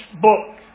book